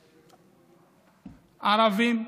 ערבים,